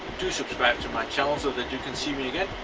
do subscribe to my channel so that you can see me again,